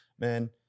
man